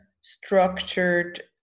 structured